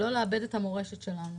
אסור לנו לאבד את המורשת שלנו.